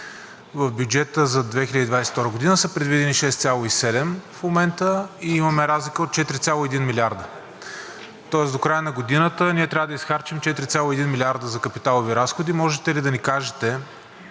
В бюджета за 2022 г. са предвидени 6,7, а в момента имаме разлика от 4,1 милиарда. Тоест до края на годината ние трябва да изхарчим 4,1 милиарда за капиталови разходи. Можете ли да ни кажете